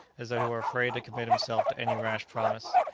as though he were afraid to commit himself to any rash promise.